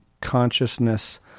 consciousness